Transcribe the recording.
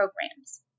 programs